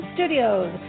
Studios